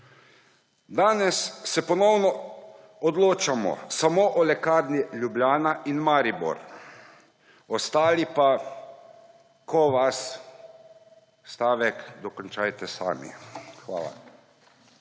Danes se ponovno odločamo samo o Lekarni Ljubljana in Maribor, ostali pa, ko vas… Stavek dokončajte sami. Hvala.